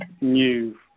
new